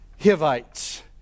Hivites